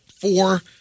four